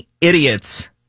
idiots